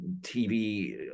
TV